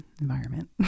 environment